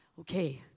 okay